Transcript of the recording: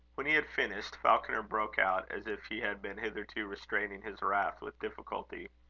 when he had finished, falconer broke out, as if he had been hitherto restraining his wrath with difficulty